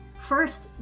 First